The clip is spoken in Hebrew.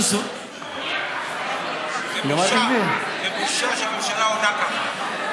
זו בושה שהממשלה עונה ככה.